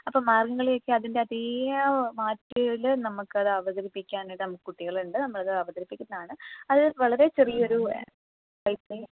അപ്പോൾ മാർഗംകളിയൊക്കെ അതിന്റെ അതേ മാറ്റില് നമുക്കത് അവതരിപ്പിക്കാൻ ഇവിടെ കുട്ടികളുണ്ട് നമ്മളത് അവതരിപ്പിക്കുന്നതാണ് അത് വളരെ ചെറിയൊരു പൈസയും